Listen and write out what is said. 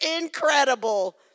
incredible